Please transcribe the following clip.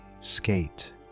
skate